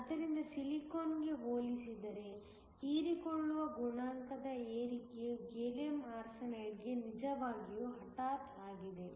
ಆದ್ದರಿಂದ ಸಿಲಿಕಾನ್ಗೆ ಹೋಲಿಸಿದರೆ ಹೀರಿಕೊಳ್ಳುವ ಗುಣಾಂಕದ ಏರಿಕೆಯು ಗ್ಯಾಲಿಯಮ್ ಆರ್ಸೆನೈಡ್ಗೆ ನಿಜವಾಗಿಯೂ ಹಠಾತ್ ಆಗಿದೆ